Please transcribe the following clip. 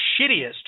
shittiest